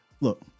look